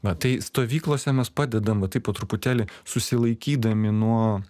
va tai stovyklose mes padedam va taip po truputėlį susilaikydami nuo